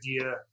idea